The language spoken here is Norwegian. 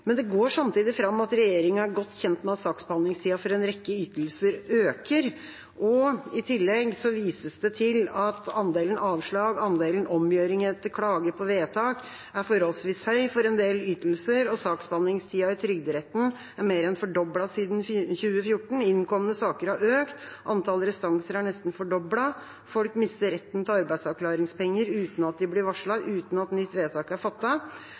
Men det går samtidig fram av budsjettdokumentet at regjeringa er godt kjent med at saksbehandlingstida for en rekke ytelser øker. I tillegg vises det til at andelen avslag og andelen omgjøringer etter klager på vedtak er forholdsvis høy for en del ytelser, og at saksbehandlingstida i trygderetten er mer enn fordoblet siden 2014. Antallet innkomne saker har økt, antallet restanser er neste fordoblet, folk mister retten til arbeidsavklaringspenger uten at de blir varslet, og uten at nytt vedtak har blitt fattet. Da er